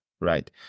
right